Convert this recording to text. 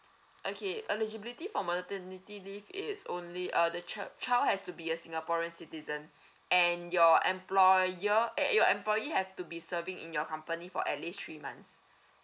okay eligibility for maternity leave it's only uh the child child has to be a singaporean citizen and your employer eh your employee have to be serving in your company for at least three months